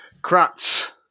Kratz